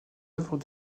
œuvres